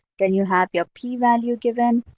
then you have your p-value given,